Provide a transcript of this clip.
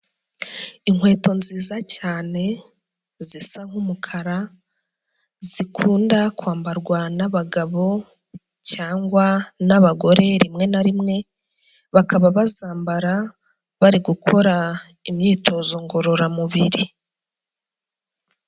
Inkweto nziza cyane zisa nk'umukara zikunda kwambarwa n'abagabo, cyangwa n'abagore rimwe na rimwe, bakaba bazambara bari gukora imyitozo ngororamubiri.